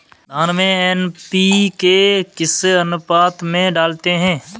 धान में एन.पी.के किस अनुपात में डालते हैं?